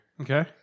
Okay